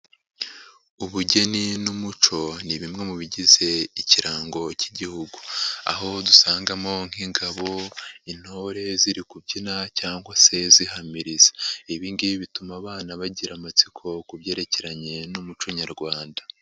Ubugeni n'umuco ni bimwe mu bigize ikirango cy'Igihugu, aho dusangamo nk'ingabo, intore ziri kubyina cyangwa se zihamiriza, ibi ngibi bituma abana bagira amatsiko ku byerekeranye n'umuco nyarwanda.